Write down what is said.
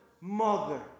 mother